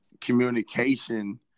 communication